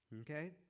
okay